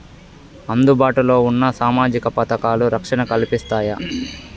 అందుబాటు లో ఉన్న సామాజిక పథకాలు, రక్షణ కల్పిస్తాయా?